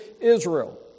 Israel